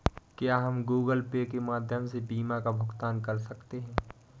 क्या हम Google Pay के माध्यम से बीमा का भुगतान कर सकते हैं?